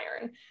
iron